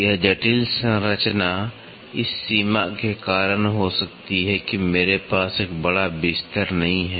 यह जटिल संरचना इस सीमा के कारण हो सकती है कि मेरे पास एक बड़ा बिस्तर नहीं है